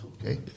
Okay